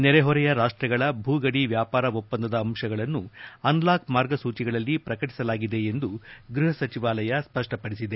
ನೆರೆಹೊರೆಯ ರಾಷ್ಟ್ರಗಳ ಭೂಗದಿ ವ್ಯಾಪಾರ ಒಪ್ಪಂದದ ಅಂಶಗಳನ್ನು ಅನ್ಲಾಕ್ ಮಾರ್ಗಸೂಚಿಗಳಲ್ಲಿ ಪ್ರಕಟಿಸಲಾಗಿದೆ ಎಂದು ಗೃಹ ಸಚಿವಾಲಯ ಸ್ವಷ್ಟಪಡಿಸಿದೆ